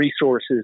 resources